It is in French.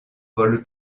vol